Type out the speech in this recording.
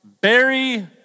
Barry